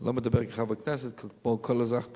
אני לא מדבר עליך בכנסת, כמו כל אזרח פשוט.